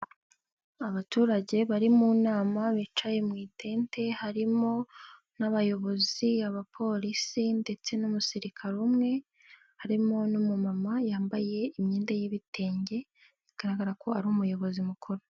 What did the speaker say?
Abaturage bari mu nama bicaye mu itente harimo n'abayobozi, abapolisi ndetse n'umusirikare umwe, harimo n'umumama yambaye imyenda y'ibitenge bigaragara ko ari umuyobozi mukuru.